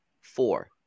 Four